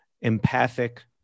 empathic